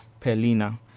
pelina